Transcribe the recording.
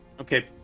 Okay